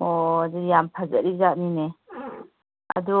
ꯑꯣ ꯑꯗꯨꯗꯤ ꯌꯥꯝ ꯐꯖꯔꯤꯖꯥꯠꯅꯤꯅꯦ ꯑꯗꯨ